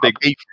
big